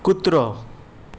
कुत्रो